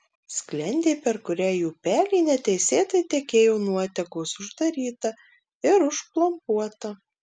sklendė per kurią į upelį neteisėtai tekėjo nuotekos uždaryta ir užplombuota